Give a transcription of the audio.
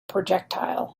projectile